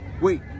wait